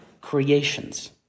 creations